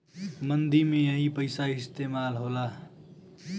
मंदी में यही पइसा इस्तेमाल होला